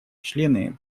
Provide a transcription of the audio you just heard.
члены